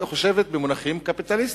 במונחים קפיטליסטיים.